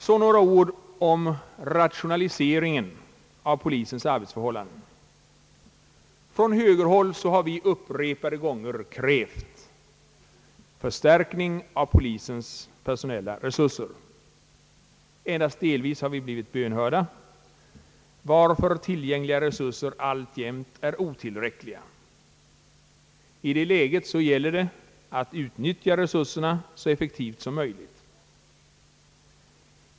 Så några ord om rationaliseringen av polisens arbetsförhållanden. Från högerhåll har vi upprepade gånger krävt förstärkning av polisens personella resurser. Endast delvis har vi blivit bönhörda, varför tillgängliga resurser alltjämt är otillräckliga. I det läget gäller det att utnyttja resurserna så effektivt som möjligt.